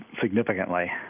significantly